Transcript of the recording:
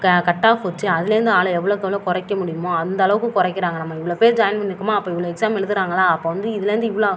க cut off வச்சு அதுலருந்து ஆள எவ்வளோ கவ்ளோ குறைக்க முடியுமோ அந்த அளவுக்கு குறைக்குறாங்க நம்ம இவ்வளோ பேரு ஜாயின் பண்ணிருக்கமோ அப்போ இவ்வளோ எக்ஸாம் எழுதுகிறாங்களா அப்போது இதுலருந்து இவ்வளோ